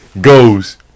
goes